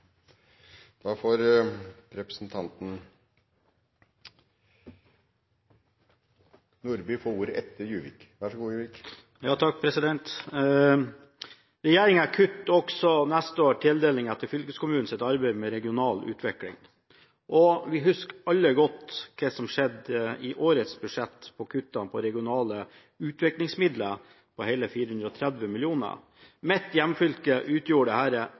da videre på listen. Representanten Kjell-Idar Juvik er til stede og får ordet. Representanten Nordby Lunde får ordet etter Juvik. Vær så god, Juvik. Regjeringen kutter også neste år tildelingen til fylkeskommunenes arbeid med regional utvikling. Vi husker alle godt hva som skjedde i årets budsjett, med kuttene i regionale utviklingsmidler på hele 430 mill. kr. For mitt hjemfylke utgjorde